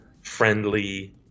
friendly